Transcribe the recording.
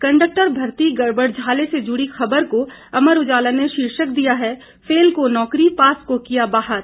conductor भर्ती गड़बड़झाले से जुड़ी खबर को अमर उजाला ने शीर्षक दिया है फेल को नौकरी पास को किया बाहर